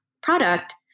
product